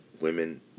women